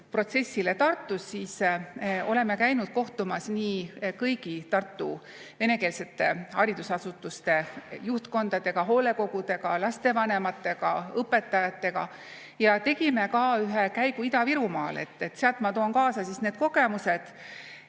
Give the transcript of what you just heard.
üleminekuprotsessile Tartus, siis oleme käinud kohtumas kõigi Tartu venekeelsete haridusasutuste juhtkondadega, hoolekogudega, lapsevanematega, õpetajatega, ja tegime ka ühe käigu Ida-Virumaale. Sealt ma toon kaasa need kogemused,